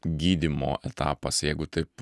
gydymo etapas jeigu taip